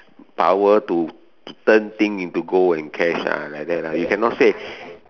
power to turn thing into gold and cash ah like that lah you cannot say